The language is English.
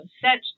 set